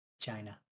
China